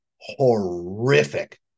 horrific